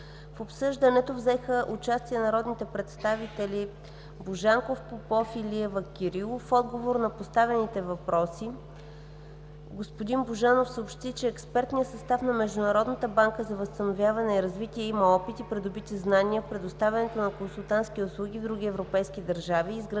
В обсъждането взеха участие народните представители Божанков, Попов, Илиева и Кирилов. В отговор на поставените въпроси господин Божанов съобщи, че експертният състав на Международната банка за възстановяване и развитие има опит и придобити знания в предоставянето на консултантски услуги в други европейски държави и изграденият